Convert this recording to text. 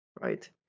right